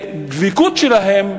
והדבקות שלהם,